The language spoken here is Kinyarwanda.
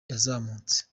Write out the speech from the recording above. yazamutse